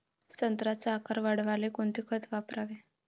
संत्र्याचा आकार वाढवाले कोणतं खत वापराव?